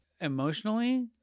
emotionally